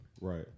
Right